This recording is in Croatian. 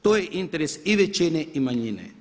To je interes i većine i manjine.